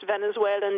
Venezuelan